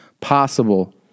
possible